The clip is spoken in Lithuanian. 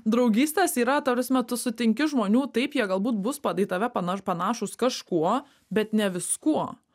draugystės yra ta prasme tu sutinki žmonių taip jie galbūt bus pad į tave pana panašūs kažkuo bet ne viskuo